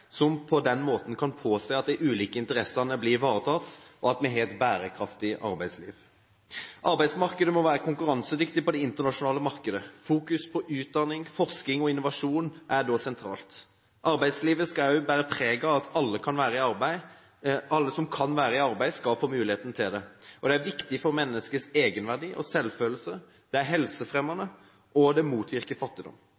som på den måten kan påse at de ulike interessene blir ivaretatt, og at vi har et bærekraftig arbeidsliv. Arbeidsmarkedet må være konkurransedyktig på det internasjonale markedet. Fokusering på utdanning, forskning og innovasjon er da sentralt. Arbeidslivet skal også bære preg av at alle som kan være i arbeid, skal få muligheten til det. Det er viktig for menneskets egenverdi og selvfølelse, det er